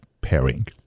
pairing